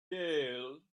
gale